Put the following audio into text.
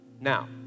Now